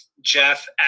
Jeff